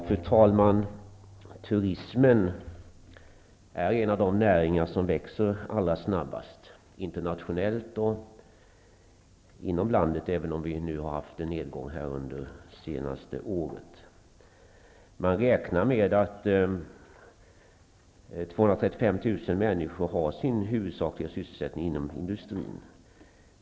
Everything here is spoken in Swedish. Fru talman! Turismen är en av de näringar som växer allra snabbast, både internationellt och inom landet, även om det under det senaste året har varit en nedgång här i Sverige. Man räknar med att 235 000 människor har sin huvudsakliga sysselsättning inom turismen.